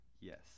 Yes